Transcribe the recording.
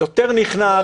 יותר נכנעת,